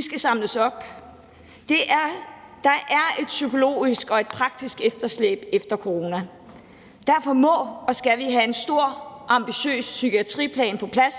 skal samles op. Der er et psykologisk og et praktisk efterslæb efter corona, og derfor må og skal vi have en stor, ambitiøs psykiatriplan på plads,